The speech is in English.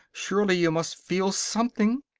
surely you must feel something.